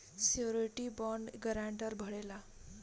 surety bond guarantor भरेला